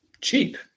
cheap